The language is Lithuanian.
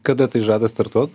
kada tai žada startuot